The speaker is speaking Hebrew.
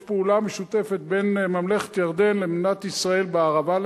יש פעולה משותפת בין ממלכת ירדן למדינת ישראל בערבה,